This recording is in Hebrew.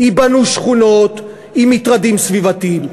ייבנו שכונות עם מטרדים סביבתיים,